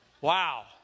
wow